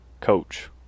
coach